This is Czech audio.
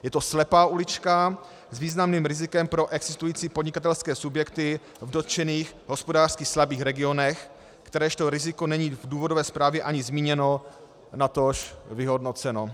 Je to slepá ulička s významným rizikem pro existující podnikatelské subjekty v dotčených hospodářsky slabých regionech, kteréžto riziko není v důvodové zprávě ani zmíněno, natož vyhodnoceno.